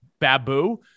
Babu